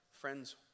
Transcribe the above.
Friends